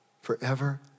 forever